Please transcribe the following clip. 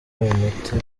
umuti